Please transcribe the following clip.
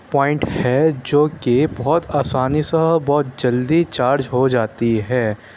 point ہے جو کہ بہت آسانی سا بہت جلدی چارج ہو جاتی ہے